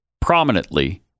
prominently